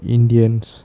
Indians